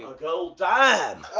gold dime!